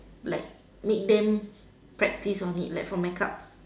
like make them practice on it like for makeup